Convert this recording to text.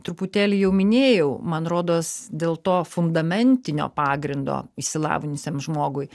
truputėlį jau minėjau man rodos dėl to fundamentinio pagrindo išsilavinusiam žmogui